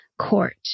court